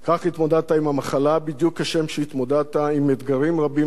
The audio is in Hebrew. בדיוק כשם שהתמודדת עם אתגרים רבים מספור בחייך,